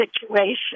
situation